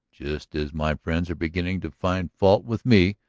just as my friends are beginning to find fault with me,